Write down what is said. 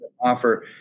offer